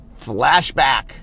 flashback